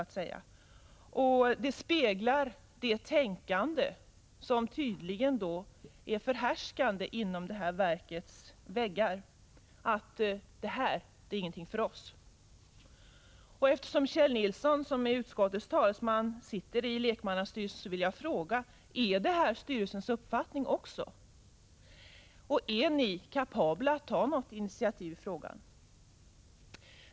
Hans uttalande speglar det tänkande som tydligen är förhärskande inom verkets väggar, nämligen: det här är ingenting för oss. Eftersom Kjell Nilsson, som är utskottets talesman, sitter med i lekmannastyrelsen vill jag fråga: Är detta också styrelsens uppfattning? Är ni kapabla att ta något initiativ i frågan?